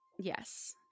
Yes